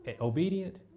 obedient